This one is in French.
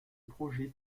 projet